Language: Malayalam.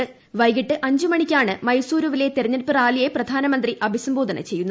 ക്ലിവകിട്ട് അഞ്ച് മണിക്കാണ് മൈസൂരുവിലെ തെരഞ്ഞെടുപ്പ് റാലിയെ പ്രധാനമന്ത്രി അഭിസംബോധന ചെയ്യുന്നത്